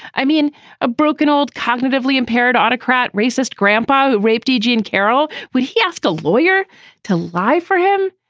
i mean a broken old cognitively impaired autocrat racist grandpa raped eugene carroll. would he ask a lawyer to lie for him